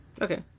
Okay